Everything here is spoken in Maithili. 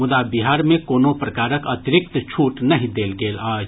मुदा बिहार मे कोनो प्रकारक अतिरिक्त छूट नहि देल गेल अछि